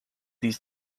these